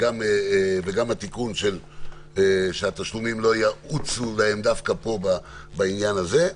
וגם התיקון שהתשלומים לא יעלו דווקא פה בעניין הזה.